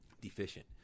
deficient